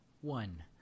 One